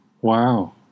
Wow